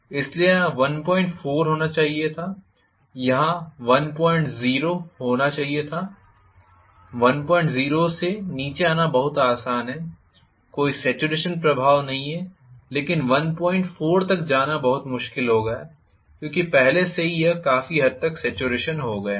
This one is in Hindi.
इसलिए यहां 14 होना चाहिए था यहां 10 होना चाहिए था 10 से नीचे आना बहुत आसान है कोई सेचुरेशन प्रभाव नहीं है लेकिन 14 तक जाना बहुत मुश्किल हो गया है क्योंकि पहले से ही यह काफी हद तक सेचुरेशन हो गया है